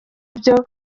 byo